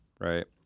right